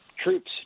troops